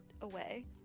away